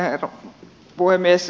herra puhemies